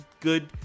good